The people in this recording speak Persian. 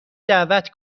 دعوت